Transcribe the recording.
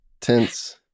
tense